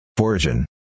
Origin